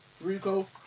Rico